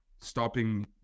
stopping